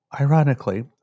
ironically